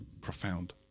profound